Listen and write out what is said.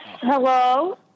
hello